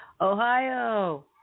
ohio